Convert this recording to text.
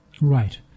Right